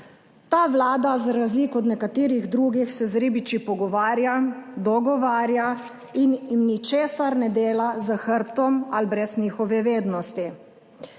Ta vlada se za razliko od nekaterih drugih z ribiči pogovarja, dogovarja in jim ničesar ne dela za hrbtom ali brez njihove vednosti.